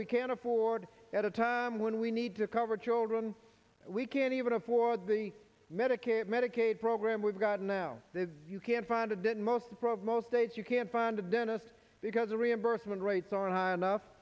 we can't afford at a time when we need to cover children we can't even afford the medicare medicaid program we've got now you can't find a didn't most probable states you can't find a dentist because the reimbursement rates are high enough